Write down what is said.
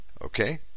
Okay